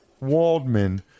Waldman